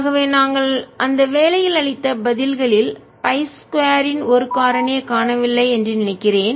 ஆகவே நாங்கள் அந்த வேலையில் அளித்த பதில்களில் π 2 ன் ஒரு காரணியை காணவில்லை என்று நினைக்கிறேன்